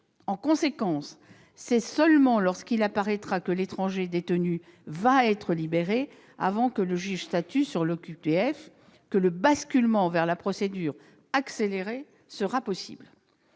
En conséquence, c'est seulement lorsqu'il apparaîtra que l'étranger détenu va être libéré avant que le juge statue sur l'OQTF que le basculement vers la procédure accélérée sera possible.